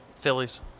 Phillies